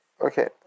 Okay